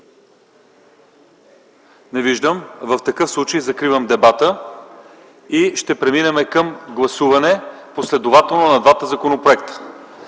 Не виждам. В такъв случай закривам дебата и ще преминем към гласуване последователно на двата законопроекта.